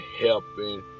helping